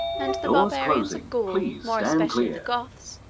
and the barbarians of gaul, more especially the goths,